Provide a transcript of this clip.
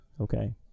Okay